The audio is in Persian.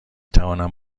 توانم